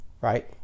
Right